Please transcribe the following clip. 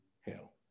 hell